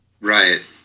Right